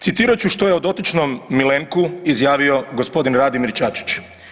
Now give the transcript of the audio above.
Citirat ću što je o dotičnom Milenku izjavio g. Radimir Čačić.